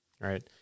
Right